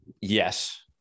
yes